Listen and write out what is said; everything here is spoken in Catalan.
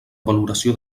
valoració